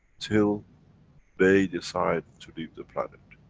till they decide, to leave the planet.